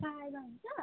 सार्दा हुन्छ